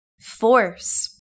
Force